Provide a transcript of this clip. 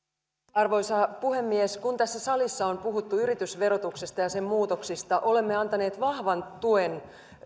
arvoisa puhemies kun tässä salissa on puhuttu yritysverotuksesta ja sen muutoksista olemme antaneet vahvan tuen